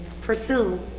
pursue